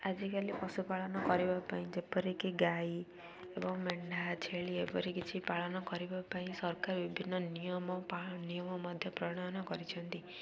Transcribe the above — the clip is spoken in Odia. ଆଜିକାଲି ପଶୁପାଳନ କରିବା ପାଇଁ ଯେପରିକି ଗାଈ ଏବଂ ମେଣ୍ଢା ଛେଳି ଏପରି କିଛି ପାଳନ କରିବା ପାଇଁ ସରକାର ବିଭିନ୍ନ ନିୟମ ନିୟମ ମଧ୍ୟ ପ୍ରଣୟନ କରିଛନ୍ତି